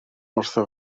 wrtho